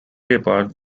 departs